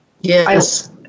Yes